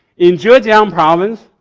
in zhejiang um province,